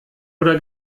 oder